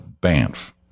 Banff